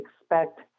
expect